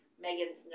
Megan's